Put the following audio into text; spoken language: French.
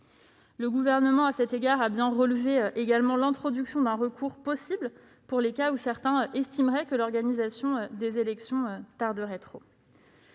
Le Gouvernement a bien relevé également l'introduction d'un recours possible pour les cas où certains estimeraient que l'organisation des élections tarde trop.